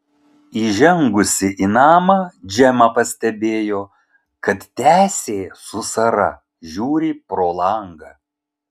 įžengusi į namą džemą pastebėjo kad tęsė su sara žiūri pro langą